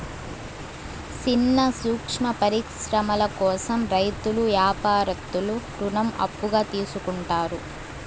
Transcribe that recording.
సిన్న సూక్ష్మ పరిశ్రమల కోసం రైతులు యాపారత్తులు రుణం అప్పుగా తీసుకుంటారు